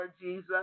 Jesus